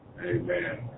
Amen